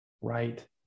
right